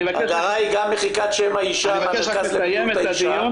הדרה היא גם מחיקת שם האישה מהמרכז הרפואי לאישה